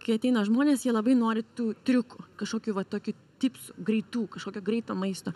kai ateina žmonės jie labai nori tų triukų kažkokių va tokių tipsų greitų kažkokio greito maisto